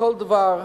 כל דבר,